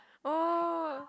oh